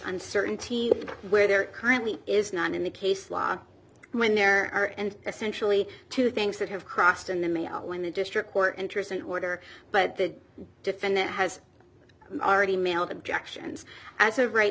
uncertainty where there currently is none in the case law when there are and essentially two things that have crossed in the mail when the district court enters an order but the defendant has already mailed objections as a right